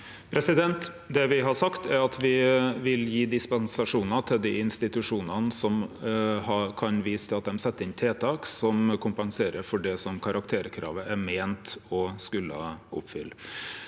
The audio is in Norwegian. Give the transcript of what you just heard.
er at me vil gje dispensasjonar til dei institusjonane som kan vise til at dei set inn tiltak som kompenserer for det som karakterkravet er meint å skulle